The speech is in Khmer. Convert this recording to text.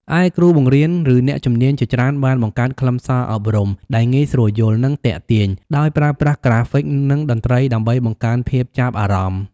ឯគ្រូបង្រៀន ឬអ្នកជំនាញជាច្រើនបានបង្កើតខ្លឹមសារអប់រំដែលងាយស្រួលយល់ និងទាក់ទាញ ដោយប្រើប្រាស់ក្រាហ្វិក និងតន្ត្រីដើម្បីបង្កើនភាពចាប់អារម្មណ៍។